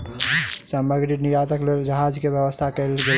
सामग्री निर्यातक लेल जहाज के व्यवस्था कयल गेल